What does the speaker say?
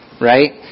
right